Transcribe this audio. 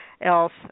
else